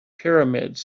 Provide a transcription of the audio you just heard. pyramids